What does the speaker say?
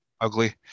ugly